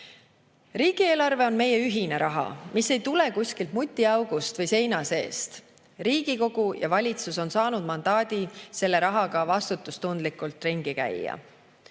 Riigieelarve on meie ühine raha, mis ei tule kuskilt mutiaugust või seina seest. Riigikogu ja valitsus on saanud mandaadi selle rahaga vastutustundlikult ringi käia.